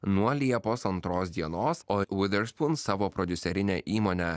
nuo liepos antros dienos o viderspūn savo prodiuserinę įmonę